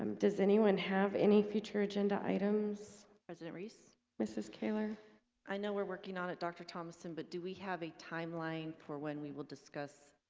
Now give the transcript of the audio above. um does anyone have any future agenda items president reese ms. kaylor i know we're working on it. dr. thomason, but do we have a timeline for when we will discuss?